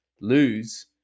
lose